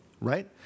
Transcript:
right